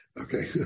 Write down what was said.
Okay